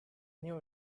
new